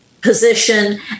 position